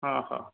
हा हा